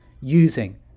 using